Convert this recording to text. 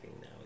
now